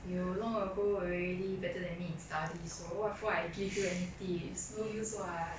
you long ago already better than me in studies so what for I give you any tips it's no use [what]